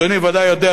אדוני ודאי יודע,